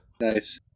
Nice